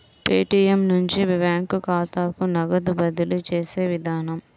Paytm నుంచి bank ఖాతాకు నగదు బదిలీ చేసే విధానం